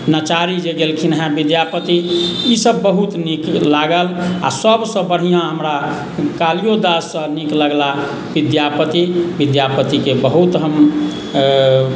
नचारी जे गओलखिन हेँ विद्यापति ई सभ बहुत नीक लागल आ सभसँ बढ़िआँ हमरा कालिओ दाससँ नीक लगलाह विद्यापति विद्यापतिके बहुत हम